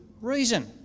reason